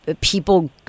people